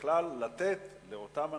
ובכלל לתת לאותם אנשים,